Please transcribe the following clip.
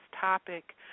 topic